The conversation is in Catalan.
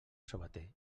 sabater